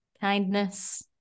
kindness